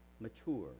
mature